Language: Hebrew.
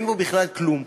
אין בו בכלל כלום.